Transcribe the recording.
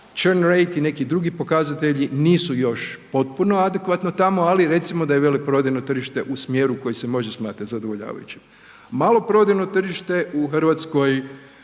ne razumije/…i neki drugi pokazatelji nisu još potpuno adekvatno tamo, ali recimo da je veleprodajno tržište u smjeru koji se može smatrat zadovoljavajućim. Maloprodajno tržište u RH ako